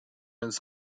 his